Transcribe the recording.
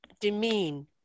Demean